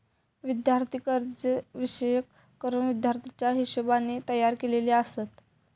विद्यार्थी कर्जे विशेष करून विद्यार्थ्याच्या हिशोबाने तयार केलेली आसत